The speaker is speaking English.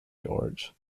george